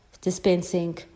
dispensing